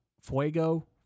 Fuego